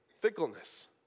fickleness